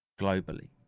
globally